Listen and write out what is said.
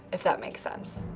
if that makes sense.